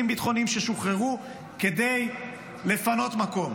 ביטחוניים ששוחררו כדי לפנות מקום.